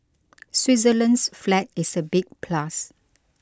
Switzerland's flag is a big plus